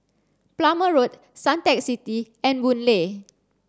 Plumer Road Suntec City and Boon Lay